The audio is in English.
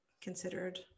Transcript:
considered